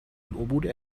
العبور